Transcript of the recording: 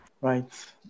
Right